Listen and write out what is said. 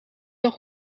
nog